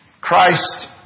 Christ